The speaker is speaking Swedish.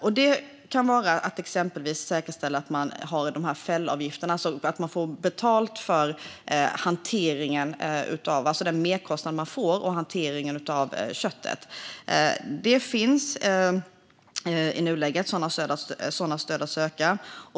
Det kan exempelvis vara att säkerställa fällavgifterna - att man får betalt för den merkostnad man får för hanteringen av köttet. Det finns i nuläget sådana stöd att söka.